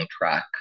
track